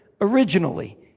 originally